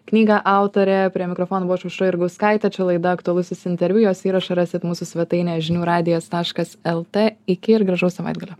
knygą autorė prie mikrofono buvau aš aušra jurgauskaitė čia laida aktualusis interviu jos įrašą rasit mūsų svetainėje žinių radijas taškas lt iki ir gražaus savaitgalio